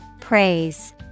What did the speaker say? Praise